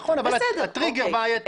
נכון, אבל הטריגר בעייתי.